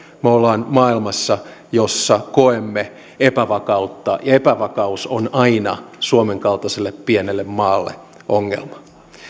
me olemme maailmassa jossa koemme epävakautta ja epävakaus on aina suomen kaltaiselle pienelle maalle ongelma